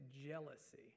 jealousy